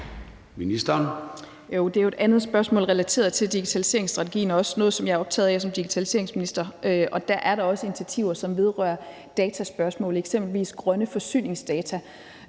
Bjerre): Jo, det er jo et andet spørgsmål relateret til digitaliseringsstrategien, og det er også noget, jeg som digitaliseringsminister er optaget af. Og der er da også initiativer, som vedrører dataspørgsmålet, eksempelvis grønne forsyningsdata.